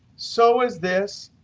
so is this.